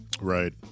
Right